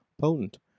potent